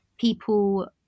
people